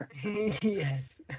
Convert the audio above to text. yes